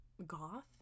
Goth